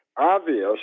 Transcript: obvious